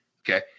Okay